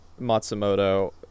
Matsumoto